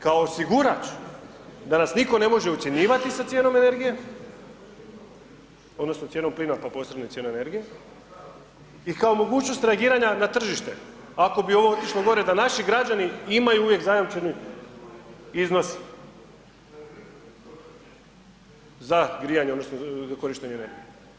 Kao osigurač da nas niko ne može ucjenjivati sa cijenom energije odnosno sa cijenom plina pa posredno i cijena energije i kao mogućnost reagiranja na tržište, ako bi ovo otišlo gore da naši građani imaju uvijek zajamčeni iznos za grijanje odnosno korištenje energije.